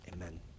amen